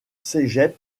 cégep